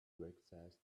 breakfast